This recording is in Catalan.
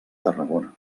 tarragona